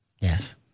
yes